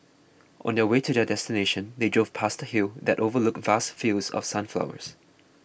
on the way to their destination they drove past a hill that overlooked vast fields of sunflowers